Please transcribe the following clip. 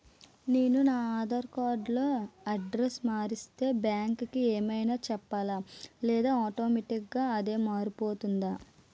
నేను నా ఆధార్ కార్డ్ లో అడ్రెస్స్ మార్చితే బ్యాంక్ కి ఏమైనా చెప్పాలా లేదా ఆటోమేటిక్గా అదే మారిపోతుందా?